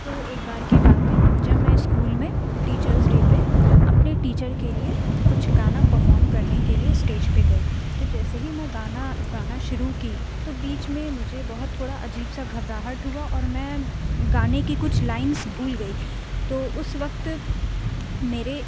تو ایک بار کی بات ہے جب میں اسکول میں ٹیچرس ڈے پہ اپنے ٹیچر کے لیے کچھ گانا پرفارم کرنے کے لیے اسٹیج پہ گئی تو جیسے ہی میں گانا گانا شروع کی تو بیچ میں مجھے بہت تھوڑا عجیب سا گھبراہٹ ہوا اور میں گانے کی کچھ لائنس بھول گئی تو اس وقت میرے